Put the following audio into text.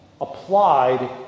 applied